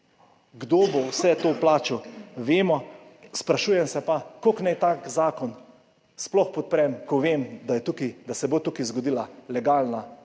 Kdo bo vse to plačal, vemo. Sprašujem se pa, kako naj tak zakon sploh podprem, ko vem, da se bo tukaj zgodila legalna